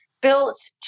built